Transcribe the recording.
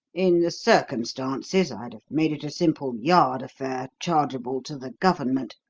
in the circumstances, i'd have made it a simple yard affair, chargeable to the government,